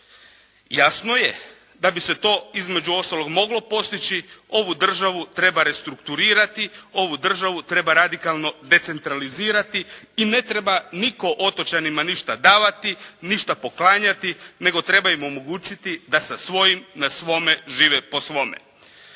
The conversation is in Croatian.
Jasno je da bi se to između ostalog moglo postići ovu državu treba restrukturirati, ovu državu treba radikalno decentralizirati i ne treba nitko otočanima ništa davati, ništa poklanjati nego treba im omogućiti da sa svojim na svome žive po svome.